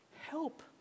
help